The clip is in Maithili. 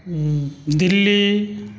दिल्ली